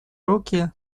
руки